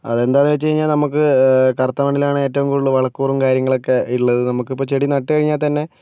അതെന്താണെന്ന് വെച്ച് കഴിഞ്ഞാൽ നമുക്ക് കറുത്ത മണ്ണിലാണ് ഏറ്റവും കൂടുതൽ വളക്കൂറും കാര്യങ്ങളൊക്കെ ഉള്ളത് നമുക്കിപ്പോൾ ചെടി നട്ട് കഴിഞ്ഞാൽ തന്നെ